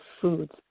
foods